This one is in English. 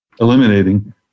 eliminating